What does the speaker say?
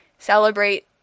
celebrate